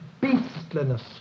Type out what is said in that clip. beastliness